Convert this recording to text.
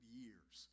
years